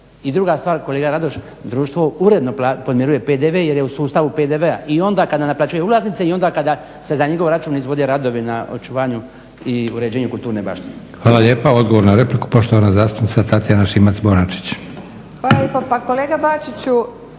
I druga stvar, kolega Radoš društvo uredno podmiruje PDV jer je u sustavu PDV-a i onda kada naplaćuje ulaznice i onda kada se za njegov račun izvode radovi na očuvanju i uređenju kulturne baštine. **Leko, Josip (SDP)** Hvala lijepa. Odgovor na repliku poštovana zastupnica Tatjana Šimac-Bonačić. **Šimac Bonačić,